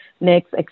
next